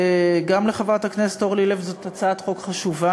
גם לחברת הכנסת אורלי לוי: זאת הצעת חוק חשובה,